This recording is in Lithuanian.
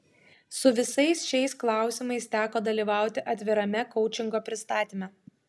su visais šiais klausimais teko dalyvauti atvirame koučingo pristatyme